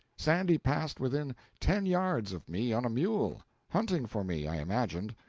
sandy passed within ten yards of me on a mule hunting for me, i imagined.